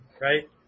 right